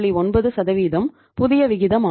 9 புதிய விகிதமாகும்